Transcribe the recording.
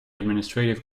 administrative